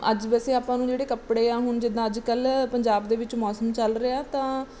ਅੱਜ ਵੈਸੇ ਆਪਾਂ ਨੂੰ ਜਿਹੜੇ ਕੱਪੜੇ ਆ ਹੁਣ ਜਿੱਦਾਂ ਅੱਜ ਕੱਲ੍ਹ ਪੰਜਾਬ ਦੇ ਵਿੱਚ ਮੌਸਮ ਚੱਲ ਰਿਹਾ ਤਾਂ